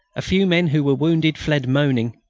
a few men who were wounded fled moaning.